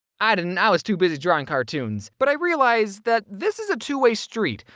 i didn't. i was too busy drawing cartoons. but, i realized that, this is a two way street.